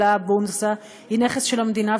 אלא הבורסה היא נכס של המדינה,